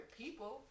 people